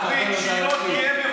לקבל הודעה אישית.